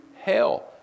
hell